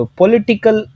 political